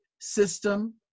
system